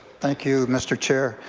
thank you mr. chair,